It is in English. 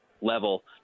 level